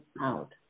out